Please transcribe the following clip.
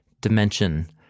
dimension